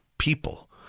People